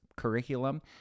curriculum